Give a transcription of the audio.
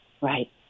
Right